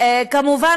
כמובן,